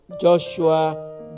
Joshua